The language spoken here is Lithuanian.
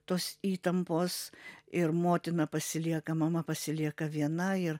tos įtampos ir motina pasilieka mama pasilieka viena ir